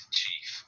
chief